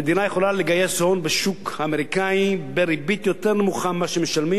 המדינה יכולה לגייס הון בשוק האמריקני בריבית יותר נמוכה ממה שמשלמים,